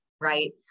Right